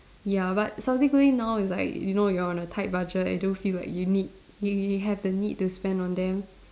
ya but subsequently now is like you know you are on a tight budget and don't feel like you need you you have the need to spend on them